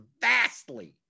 vastly